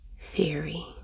Theory